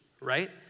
right